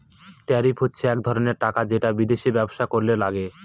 tariff হচ্ছে এক ধরনের টাকা যেটা বিদেশে ব্যবসা করলে লাগে